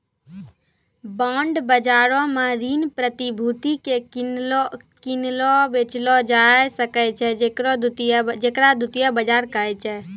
bond बजारो मे ऋण प्रतिभूति के किनलो बेचलो जाय सकै छै जेकरा द्वितीय बजार कहै छै